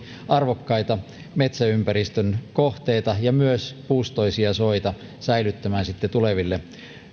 arvokkaita metsäympäristön kohteita ja myös puustoisia soita säilyttämään tuleville